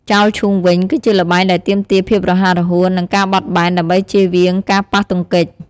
ចោលឈូងវិញ គឺជាល្បែងដែលទាមទារភាពរហ័សរហួន និងការបត់បែន ដើម្បីចៀសវាងការប៉ះទង្គិច។